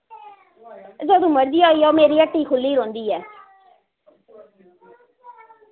जदूं मर्जी आई जाओ मेरी हट्टी खु'ल्ली रौंह्दी ऐ